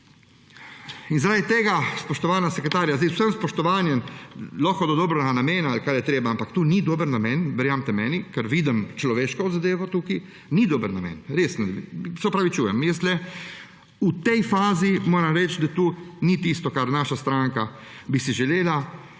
Zaradi tega, spoštovana sekretarja, zdaj z vsem spoštovanjem, lahko z dobrim namenom ali kaj je treba, ampak to ni dober namen, verjemite mi, ker vidim človeško zadevo tukaj. Ni dober namen. Res ne, se opravičujem. Tukaj, v tej fazi moram reči, da to ni tisto, kar bi si naša stranka želela.